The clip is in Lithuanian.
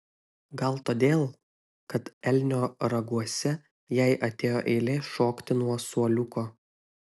gal todėl kad elnio raguose jai atėjo eilė šokti nuo suoliuko